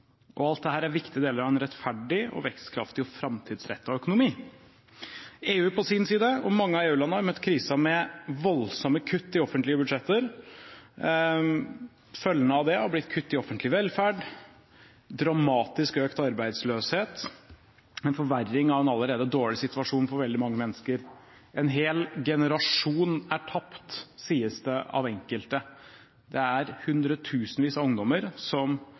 produktivitet. Alt dette er en viktig del av en rettferdig, vekstkraftig og framtidsrettet økonomi. EU på sin side, og mange av EU-landene, har møtt krisen med voldsomme kutt i offentlige budsjetter. Følgen av dette har blitt kutt i offentlig velferd, dramatisk økt arbeidsløshet og en forverring av en allerede dårlig situasjon for veldig mange mennesker. En hel generasjon er tapt, sies det av enkelte. Det er hundretusenvis av ungdommer som